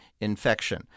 infection